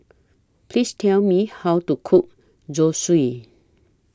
Please Tell Me How to Cook Zosui